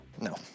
No